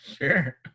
Sure